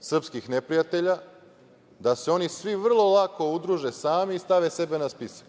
srpskih neprijatelja da se oni svi vrlo lako udruže sami i stave sebe na spisak,